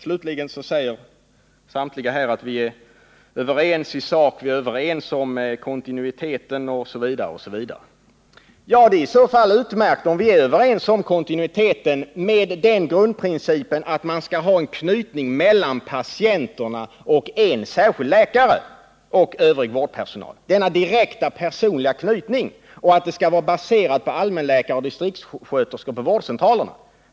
Samtliga här säger att vi är överens i sak, vi är överens om kontinuiteten, osv. Ja, det är i så fall utmärkt om vi är överens om kontinuiteten, med den grundprincipen att det skall vara en knytning — denna direkta, personliga knytning — mellan patienterna och en särskild läkare och övrig vårdpersonal samt att detta skall vara baserat på allmänläkare och distriktssköterskor på vårdcentralerna.